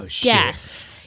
guest